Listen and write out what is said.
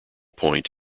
point